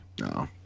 No